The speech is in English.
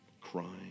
crying